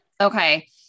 okay